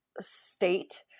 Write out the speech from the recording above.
state